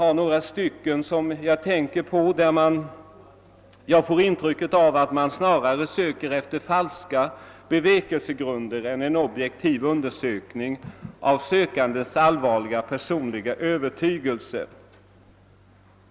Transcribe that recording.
I några fall som jag tänker på får jag intrycket att man snarare söker efter falska bevekelsegrunder än syftar till en objektiv undersökning av sökandens allvarliga personliga övertygelse.